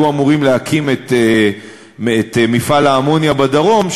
אמורים להקים את מפעל האמוניה בדרום,